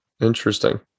Interesting